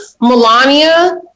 melania